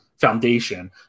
foundation